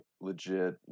legit